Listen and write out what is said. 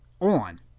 On